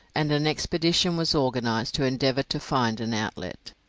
and an expedition was organised to endeavour to find an outlet.